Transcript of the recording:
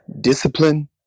discipline